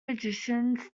magicians